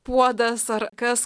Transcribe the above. puodas ar kas